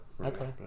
okay